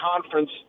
conference